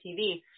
TV